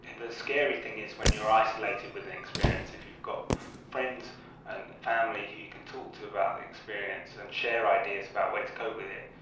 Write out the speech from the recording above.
the scary thing is when you're isolated with an experience, if you've got friends and family who you can talk to about the experience and share ideas about ways to cope with it,